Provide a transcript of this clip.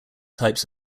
types